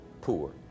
poor